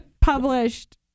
published